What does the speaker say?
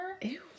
Ew